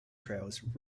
trails